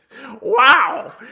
Wow